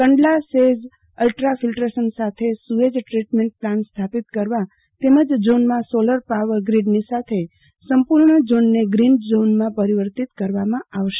Kandla SEZ ultra કિલ્રે સંશન સાથે સુએઝ દ્રીટમેન્ટ પ્લાન્ટ સ્થાપિત કરવા તેમજ ઝોનમાં સોલર પાવર ગિડની સાથે સંપુર્ણ ઝોનને ગ્રીન ઝોનમાં પરિવર્તીત કરવામાં આવશે